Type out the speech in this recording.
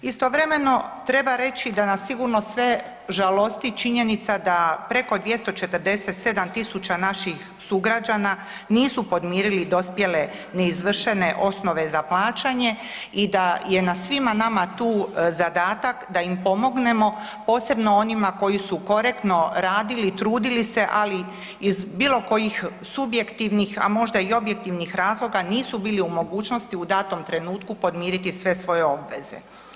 Istovremeno treba reći da nas sigurno sve žalosti činjenica da preko 247.000 naših sugrađana nisu podmirili dospjele ni izvršene osnove za plaćanje i da je na svima nama tu zadatak da im pomognemo posebno onima koji su korektno radili i trudili se ali iz bilo kojih subjektivnih, a možda i objektivnih razloga nisu bili u mogućnosti u datom trenutku podmiriti sve svoje obveze.